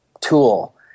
tool